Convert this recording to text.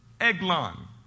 Eglon